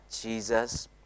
Jesus